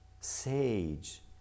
sage